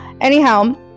Anyhow